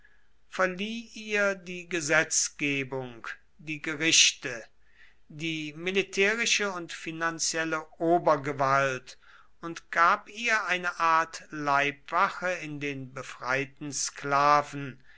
verlieh ihr die gesetzgebung die gerichte die militärische und finanzielle obergewalt und gab ihr eine art leibwache in den befreiten sklaven